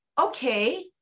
okay